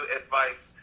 advice